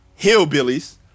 hillbillies